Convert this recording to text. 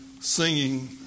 singing